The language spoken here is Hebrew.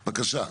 בקשה.